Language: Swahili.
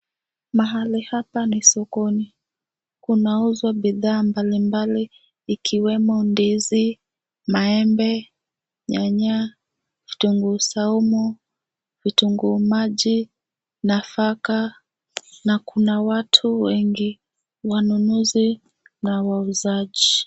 Mahali hapa ni sokoni. Kunauzwa bidhaa mbalimbali ikiwemo ndizi, maembe, nyanya, vitunguu saumu, vitunguu maji, nafaka na kuna watu wengi; wanunuzi na wauzaji.